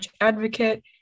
advocate